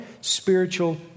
spiritual